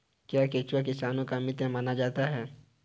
क्या केंचुआ किसानों का मित्र माना जाता है?